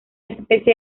especie